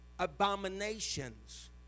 abominations